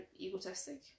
egotistic